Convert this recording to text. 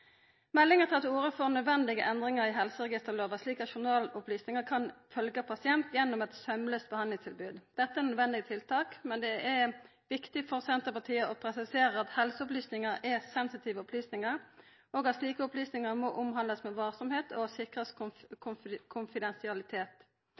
Meldinga tek til orde for nødvendige endringar i helseregisterlova, slik at journalopplysningar kan følgja pasienten gjennom eit saumlaust behandlingstilbod. Dette er nødvendige tiltak, men det er viktig for Senterpartiet å presisera at helseopplysningar er sensitive opplysningar, og at slike opplysningar må behandlast konfidensielt og med varsemd. Personvernomsynet må takast vare på og